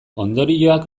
ondorioak